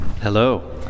Hello